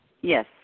Yes